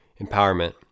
empowerment